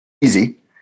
easy